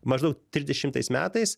maždaug trisdešimtais metais